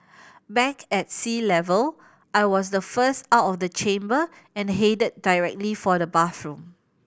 back at sea level I was the first out of the chamber and headed directly for the bathroom